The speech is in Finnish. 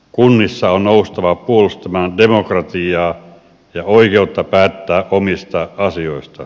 kunnissa on noustava puolustamaan demokratiaa ja oikeutta päättää omista asioista